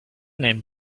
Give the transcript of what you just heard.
name